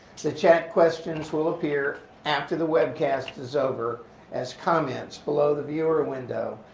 the chat questions will appear after the webcast is over as comments below the viewer window.